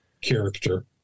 character